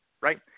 right